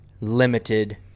limited